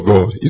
God